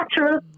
natural